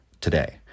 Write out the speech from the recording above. today